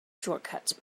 shortcuts